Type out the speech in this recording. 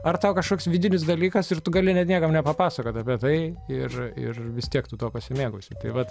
ar tau kažkoks vidinis dalykas ir tu gali net niekam nepapasakot apie tai ir ir vis tiek tu tuo pasimėgausi tai vat